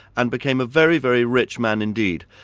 and became a very, very rich man indeed.